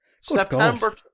September